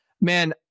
man